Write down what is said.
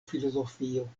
filozofio